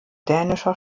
dänischer